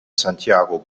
santiago